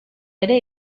ere